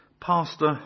Pastor